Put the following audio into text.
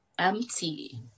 empty